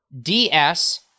DS